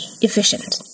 efficient